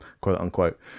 quote-unquote